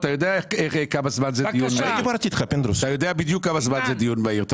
אתה יודע בדיוק כמה זמן זה דיון מהיר.